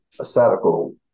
ascetical